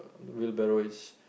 on the wheelbarrow is